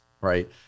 right